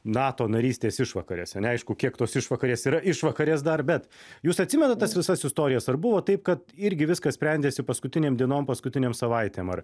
nato narystės išvakarėse neaišku kiek tos išvakarės yra išvakarės dar bet jūs atsimenat tas visas istorijas ar buvo taip kad irgi viskas sprendėsi paskutinėm dienom paskutinėm savaitėm ar